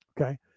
Okay